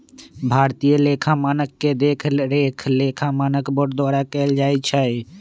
भारतीय लेखा मानक के देखरेख लेखा मानक बोर्ड द्वारा कएल जाइ छइ